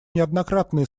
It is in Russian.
неоднократные